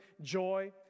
joy